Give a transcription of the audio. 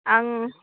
आं